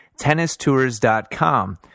TennisTours.com